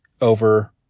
over